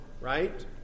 Right